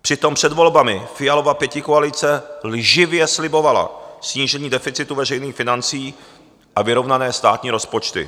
Přitom před volbami Fialova pětikoalice lživě slibovala snížení deficitu veřejných financí a vyrovnané státní rozpočty.